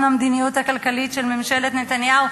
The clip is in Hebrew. המדיניות הכלכלית של ממשלת נתניהו.